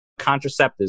contraceptives